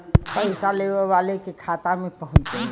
पइसा लेवे वाले के खाता मे पहुँच जाई